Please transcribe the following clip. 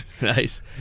Nice